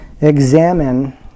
examine